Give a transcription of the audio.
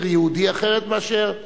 שמגדיר יהודי אחר מאשר,